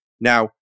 Now